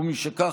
ומשכך,